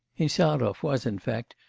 insarov was, in fact,